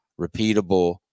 repeatable